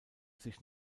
sich